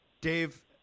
Dave